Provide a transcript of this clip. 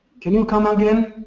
can you come again?